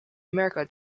america